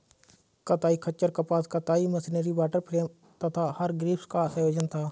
कताई खच्चर कपास कताई मशीनरी वॉटर फ्रेम तथा हरग्रीव्स का संयोजन था